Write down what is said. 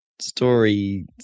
story